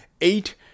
eight